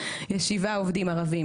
יש שבעה עובדים ערבים.